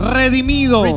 redimido